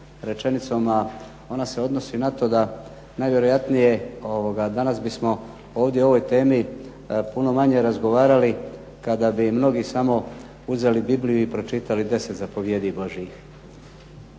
rečenicom, a ona se odnosi na to da najvjerojatnije danas bismo ovdje o ovoj temi puno manje razgovarali kada bi mnogi samo uzeli Bibliju i pročitali 10 zapovjedi Božjih.